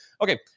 okay